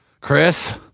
Chris